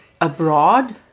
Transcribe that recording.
abroad